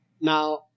Now